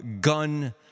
gun